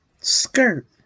skirt